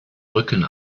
rücken